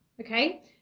Okay